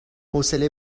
حوصله